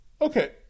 Okay